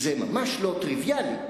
זה ממש לא טריוויאלי.